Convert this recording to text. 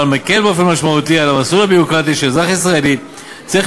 אבל מקל באופן משמעותי את המסלול הביורוקרטי שאזרח ישראלי צריך